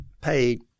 paid